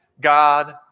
God